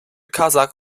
kazakh